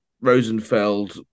Rosenfeld